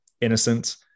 innocent